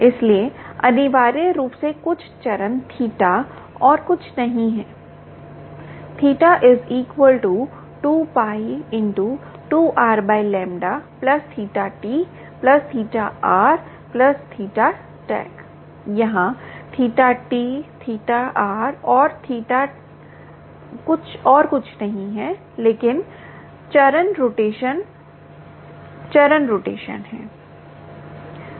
इसलिए अनिवार्य रूप से कुल चरण θ और कुछ नहीं है यहाँ θTθR और यह थीटा और कुछ नहीं है लेकिन चरण रोटेशन चरण रोटेशन है